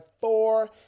four